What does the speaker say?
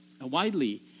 widely